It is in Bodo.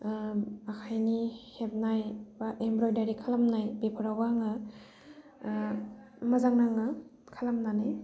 आखाइनि हेबनाय बा एम्ब्रइदारि खालामनाय बेफोरावबो आङो मोजां नाङो खालामनानै